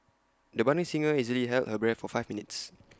the budding singer easily held her breath for five minutes